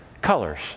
colors